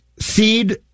seed